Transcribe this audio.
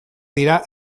dira